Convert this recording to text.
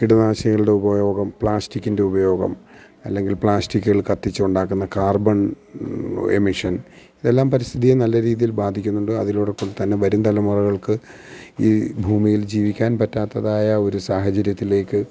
കീടനാശിനികളുടെ ഉപയോഗം പ്ലാസ്റ്റിക്കിൻ്റെ ഉപയോഗം അല്ലെങ്കിൽ പ്ലാസ്റ്റിക്കുകൾ കത്തിച്ച് ഉണ്ടാക്കുന്ന കാർബൺ എമിഷൻ ഇതെല്ലം പരിസ്ഥിതിയെ നല്ല രീതിയിൽ ബാധിക്കുന്നുണ്ട് അതിലൂടെ തന്നെ വരും തലമുറകൾക്ക് ഈ ഭൂമിയിൽ ജീവിക്കാൻ പറ്റാത്തതായ ഒരു സാഹചര്യത്തിലേക്ക്